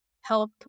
help